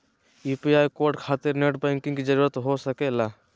UPI code खातिर net banking की जरूरत हो सके ला?